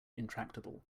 intractable